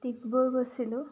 ডিগবৈ গৈছিলোঁ